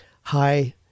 high